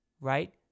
Right